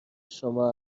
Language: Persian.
شما